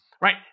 Right